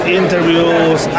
interviews